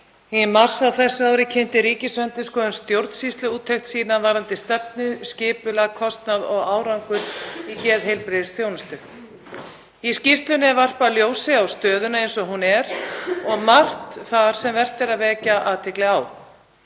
Í mars á þessu ári kynnti Ríkisendurskoðun stjórnsýsluúttekt sína varðandi stefnu, skipulag, kostnað og árangur í geðheilbrigðisþjónustu. Í skýrslunni er varpað ljósi á stöðuna eins og hún er og margt þar sem vert er að vekja athygli á.